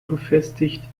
befestigt